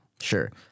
Sure